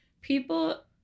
people